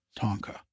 Tonka